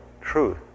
truth